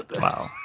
Wow